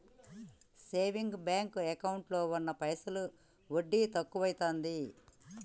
saving bank ఎకౌంటులో ఉన్న పైసలు వడ్డి తక్కువైతాంది